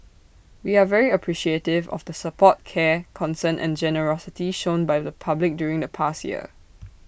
we are very appreciative of the support care concern and generosity shown by the public during the past year